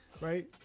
Right